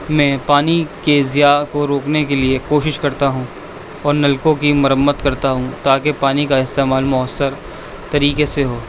میں پانی کے زیاں کو روکنے کے لیے کوشش کرتا ہوں اور نلکوں کی مرمت کرتا ہوں تاکہ پانی کا استعمال مؤثر طریقے سے ہو